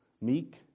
meek